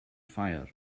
fire